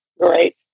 Right